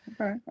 okay